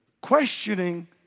Questioning